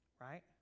Right